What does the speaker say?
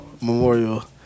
Memorial